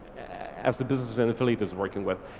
as the business and affiliate is working with.